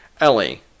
ellie